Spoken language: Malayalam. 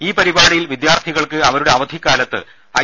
ഈ പരി പാടിയിൽ വിദ്യാർത്ഥികൾക്ക് അവരുടെ അവധിക്കാലത്ത് ഐ